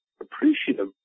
appreciative